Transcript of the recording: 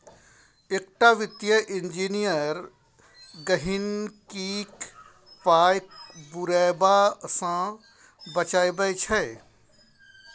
एकटा वित्तीय इंजीनियर गहिंकीक पाय बुरेबा सँ बचाबै छै